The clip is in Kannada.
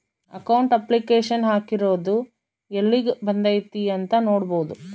ಅಕೌಂಟ್ ಅಪ್ಲಿಕೇಶನ್ ಹಾಕಿರೊದು ಯೆಲ್ಲಿಗ್ ಬಂದೈತೀ ಅಂತ ನೋಡ್ಬೊದು